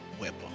weapon